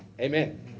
Amen